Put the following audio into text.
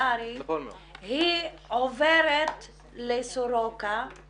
שילוב של החדרון הזה והחדר הזה של הרווחה ושל